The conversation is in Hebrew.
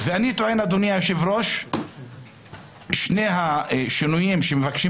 אני טוען אדוני יושב הראש ששני השינויים שמבקשים